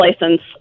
license